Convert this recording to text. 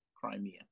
crimea